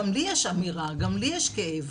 גם לי יש אמירה, גם לי יש כאב'.